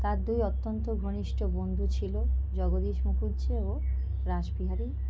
তার দুই অত্যন্ত ঘনিষ্ঠ বন্ধু ছিল জগদীশ মুখুজ্জে ও রাসবিহারী